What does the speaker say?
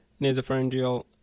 nasopharyngeal